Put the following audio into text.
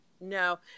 no